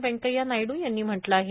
व्यंकथ्या नायडू यांनी म्हटलं आहे